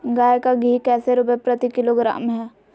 गाय का घी कैसे रुपए प्रति किलोग्राम है?